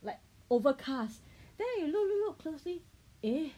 like overcast then you look look look closely eh